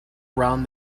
around